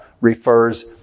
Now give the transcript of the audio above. refers